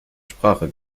sprache